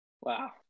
Wow